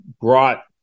brought